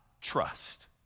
trust